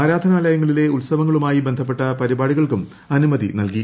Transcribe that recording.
ആരാധാലയങ്ങളിലെ ഉത്സവങ്ങളുമായി ബന്ധ്പ്പെട്ട പരിപാടികൾക്കും അനുമതി നൽകി